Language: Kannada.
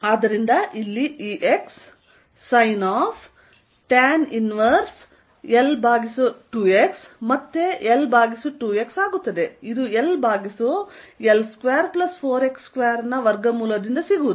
ಆದ್ದರಿಂದ ಇಲ್ಲಿ ಈ x ಸೈನ್ ಓಫ್ sin ಮತ್ತೆ L2x ಆಗುತ್ತದೆ ಇದು L ಭಾಗಿಸು L24x2 ನ ವರ್ಗಮೂಲದಿಂದ ಸಿಗುವುದು